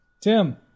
Tim